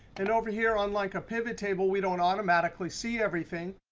and over here on like a pivot table we don't automatically see everything.